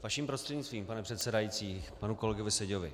Vaším prostřednictvím, pane předsedající, k panu kolegovi Seďovi.